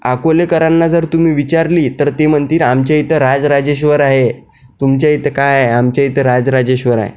अकोलेकरांना जर तुम्ही विचारली तर ते म्हणतील आमच्या इथं राजराजेश्वर आहे तुमच्या इथं काय आहे आमच्या इथं राजराजेश्वर आहे